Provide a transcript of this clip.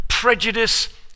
Prejudice